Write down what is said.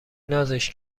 نازش